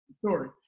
story,